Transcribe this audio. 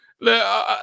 look